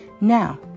Now